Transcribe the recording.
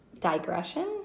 digression